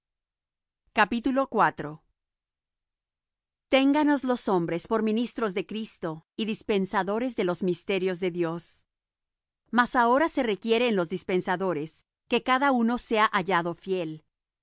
de dios téngannos los hombres por ministros de cristo y dispensadores de los misterios de dios mas ahora se requiere en los dispensadores que cada uno sea hallado fiel